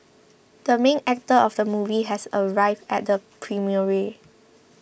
the main actor of the movie has arrived at the premiere